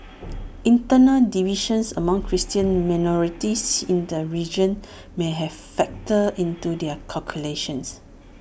internal divisions among Christian minorities in the region may have factored into their calculations